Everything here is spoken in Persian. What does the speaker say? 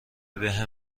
بهم